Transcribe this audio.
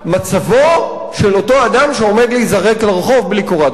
מצבו של אותו אדם שעומד להיזרק לרחוב בלי קורת-גג.